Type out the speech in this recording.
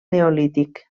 neolític